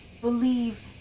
believe